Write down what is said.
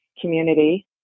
community